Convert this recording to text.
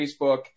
facebook